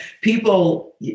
people